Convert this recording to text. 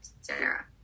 Sarah